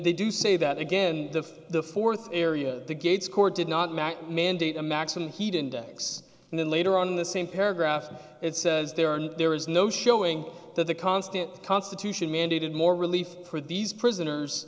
they do say that again the fourth area the gates core did not match mandate a maximum heat index and then later on in the same paragraph it says there are there is no showing that the constant constitution mandated more relief for these prisoners